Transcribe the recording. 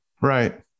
Right